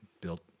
built